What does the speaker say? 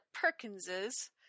Perkinses